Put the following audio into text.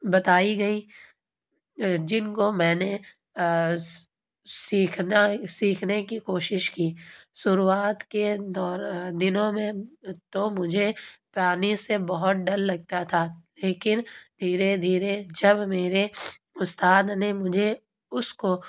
بتائی گئیں جن کو میں نے سیکھنا سیکھنے کی کوشش کی شروعات کے دور دنوں میں تو مجھے پانی سے بہت ڈر لگتا تھا لیکن دھیرے دھیرے جب میرے استاد نے مجھے اس کو